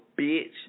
bitch